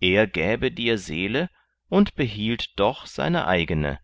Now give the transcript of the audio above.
er gäbe dir seele und behielt doch seine eigene